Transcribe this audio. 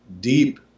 deep